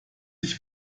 sich